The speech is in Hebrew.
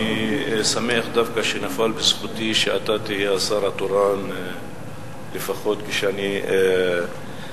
אני שמח דווקא שנפל בזכותי שאתה תהיה השר התורן לפחות כשאני מדבר.